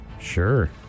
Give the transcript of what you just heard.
Sure